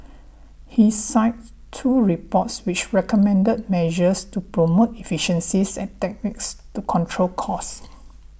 he cited two reports which recommended measures to promote efficiencies and techniques to control costs